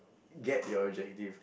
get the objective